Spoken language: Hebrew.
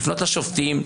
לפנות לשופטים,